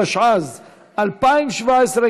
התשע"ז 2017,